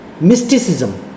Mysticism